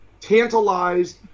tantalized